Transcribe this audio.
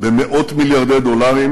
במאות-מיליארדי דולרים,